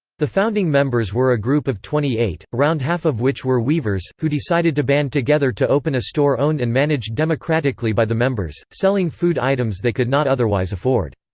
the founding members were a group of twenty eight, around half of which were weavers, who decided to band together to open a store owned and managed democratically by the members, selling food items they could not otherwise afford.